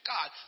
God